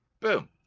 Boom